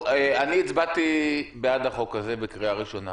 הצבעתי בעד החוק הזה בקריאה ראשונה,